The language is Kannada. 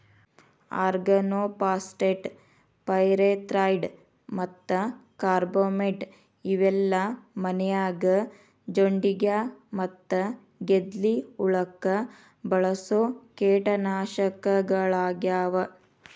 ಆರ್ಗನೋಫಾಸ್ಫೇಟ್, ಪೈರೆಥ್ರಾಯ್ಡ್ ಮತ್ತ ಕಾರ್ಬಮೇಟ್ ಇವೆಲ್ಲ ಮನ್ಯಾಗ ಜೊಂಡಿಗ್ಯಾ ಮತ್ತ ಗೆದ್ಲಿ ಹುಳಕ್ಕ ಬಳಸೋ ಕೇಟನಾಶಕಗಳಾಗ್ಯಾವ